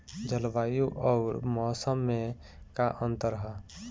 जलवायु अउर मौसम में का अंतर ह?